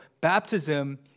baptism